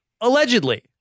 allegedly